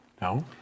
No